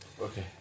Okay